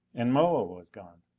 and moa was gone!